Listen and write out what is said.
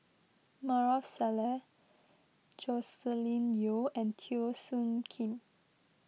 Maarof Salleh Joscelin Yeo and Teo Soon Kim